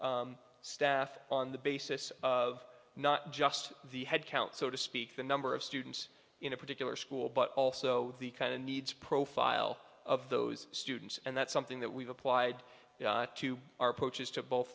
staff on the basis of not just the headcount so to speak the number of students in a particular school but also the kind of needs profile of those students and that's something that we've applied to our approaches to both